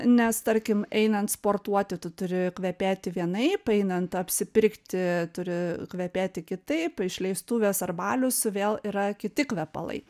nes tarkim einant sportuoti tu turi kvepėti vienaip einant apsipirkti turi kvepėti kitaip išleistuvės ar balius vėl yra kiti kvepalai